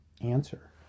Answer